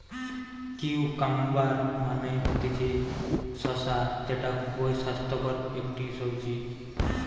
cucumber মানে হতিছে শসা যেটা খুবই স্বাস্থ্যকর একটি সবজি